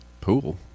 Pool